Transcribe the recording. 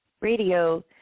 radio